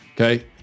Okay